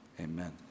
amen